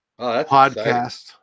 podcast